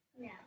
No